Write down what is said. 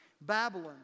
Babylon